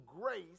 grace